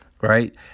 Right